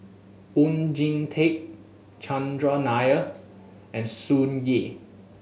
Oon Jin Teik Chandran Nair and Tsung Yeh